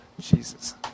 Jesus